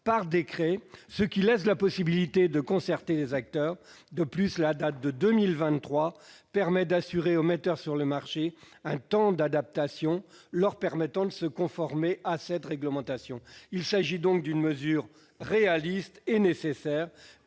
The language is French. par décret, ce qui laisse la possibilité d'ouvrir une concertation avec les acteurs. En outre, la date de 2023 offre aux metteurs sur le marché un temps d'adaptation leur permettant de se conformer à cette réglementation. Il s'agit donc d'une mesure réaliste et nécessaire